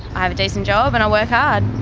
i have a decent job and i work hard,